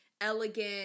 elegant